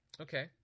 Okay